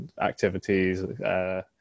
activities